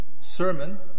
sermon